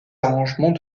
arrangements